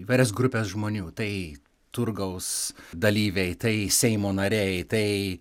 įvairias grupes žmonių tai turgaus dalyviai tai seimo nariai tai